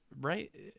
right